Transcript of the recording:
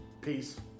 Peace